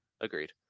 agreed